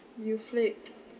you flicked